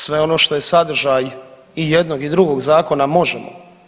sve ono što je sadržaj i jednog i drugog zakona možemo.